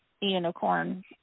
unicorn